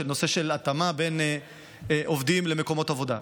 בנושא של התאמה בין עובדים למקומות עבודה.